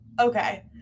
okay